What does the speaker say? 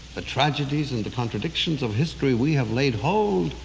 the tragedies and the contradictions of history we have laid hold